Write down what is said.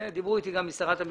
דיברו אתי גם ממשרד המשפטים.